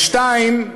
והשנייה,